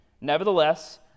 Nevertheless